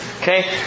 Okay